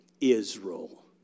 Israel